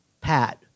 pat